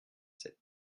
sept